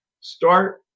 start